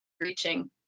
reaching